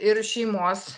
ir šeimos